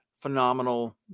phenomenal